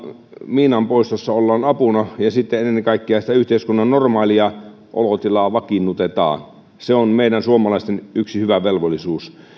miinanpoistossa ollaan apuna ja ja sitten ennen kaikkea sitä yhteiskunnan normaalia olotilaa vakiinnutetaan se on meidän suomalaisten yksi hyvä velvollisuus